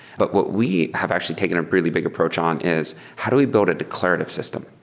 but what we have actually taken a really big approach on is how do we build a declarative system.